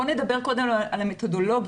בואו נדבר קודם על המתודולוגיה.